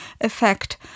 effect